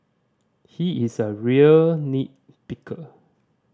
he is a real nit picker